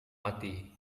mati